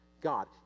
God